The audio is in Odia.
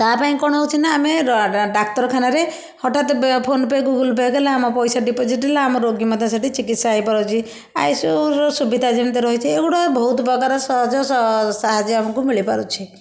ତା ପାଇଁ କ'ଣ ହଉଛି ନା ଆମେ ଡାକ୍ତରଖାନାରେ ହଟାତ୍ ବେ ଫୋନପେ ଗୁଗଲପେ ହେଲା ଆମ ପଇସା ଡିପୋଜିଟ ହେଲା ଆମ ରୋଗୀ ମଧ୍ୟ ସେଇଠି ଚିକିତ୍ସା ହେଇପାରୁଛି ଆ ଏସବୁର ସୁବିଧା ଯେମିତି ରହିଛି ଏଗୁଡ଼ା ବହୁତ ପ୍ରକାର ସହଯୋଗ ସାହାଯ୍ୟ ଆମକୁ ମିଳିପାରୁଛି